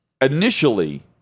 Initially